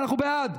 אנחנו בעד,